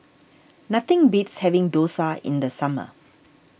nothing beats having Dosa in the summer